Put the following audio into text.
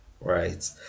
right